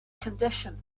condition